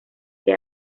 que